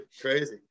Crazy